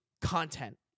content